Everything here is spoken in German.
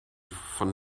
von